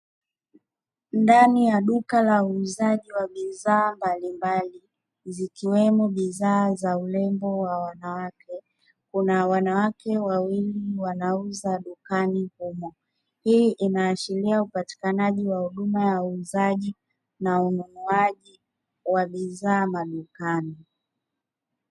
Ndani ya duka la uuzaji wa bidhaa mbalimbali zikiwemo bidhaa za urembo wa wanawake, kuna wanawake wawili wanauza dukani humo hii inaashiria upatikanaji wa huduma ya uuzaji na ununuaji wa bidhaa madukani.